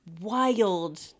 wild